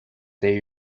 they